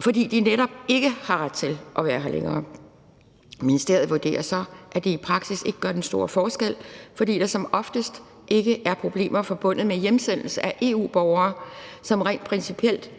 netop fordi de ikke har ret til at være her længere. Ministeriet vurderer så, at det i praksis ikke gør den store forskel, fordi der som oftest ikke er problemer forbundet med hjemsendelse af EU-borgere rent principielt.